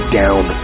down